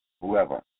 whoever